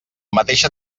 mateixa